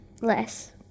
less